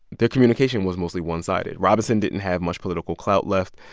their communication was mostly one-sided. robinson didn't have much political clout left.